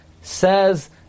says